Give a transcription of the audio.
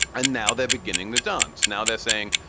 and now they're beginning the dance. now they're saying,